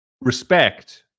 respect